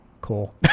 Cool